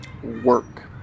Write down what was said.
work